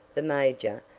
the major,